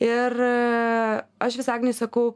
ir aš vis agnei sakau